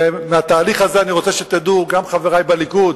מהתהליך הזה אני רוצה שתדעו, גם חברי בליכוד,